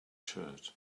shirt